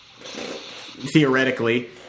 theoretically